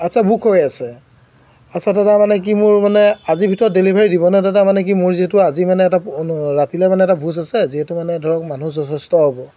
আচ্ছা বুক হৈ আছে আচ্ছা দাদা মানে কি মোৰ মানে আজিৰ ভিতৰত ডেলিভাৰী দিবনে দাদা মানে কি মোৰ যিহেতু আজি মানে এটা ৰাতিলৈ মানে এটা ভোজ আছে যিহেতু মানে ধৰক মানুহ যথেষ্ট হ'ব